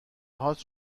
هات